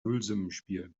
nullsummenspiel